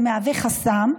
זה מהווה חסם.